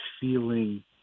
feeling